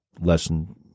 lesson